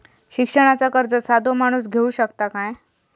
शिक्षणाचा कर्ज साधो माणूस घेऊ शकता काय?